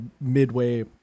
midway